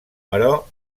però